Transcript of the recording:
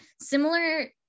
Similar